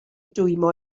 dwymo